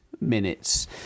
minutes